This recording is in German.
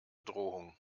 drohung